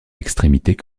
extrémités